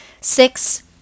six